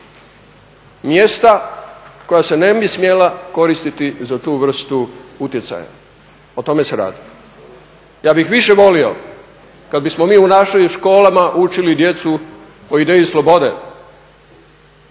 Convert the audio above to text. mjesta koja se ne bi smjela koristiti za tu vrstu utjecaja. O tome se radi. Ja bih više volio kad bismo mi u našim školama učili djecu o ideji slobode,